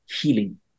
healing